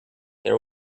there